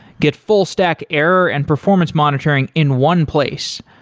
get full stack error and performance monitoring in one place.